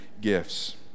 gifts